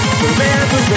forever